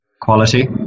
quality